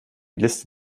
liste